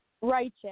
righteous